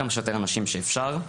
כמה יותר אנשים שאפשר.